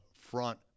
front